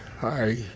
hi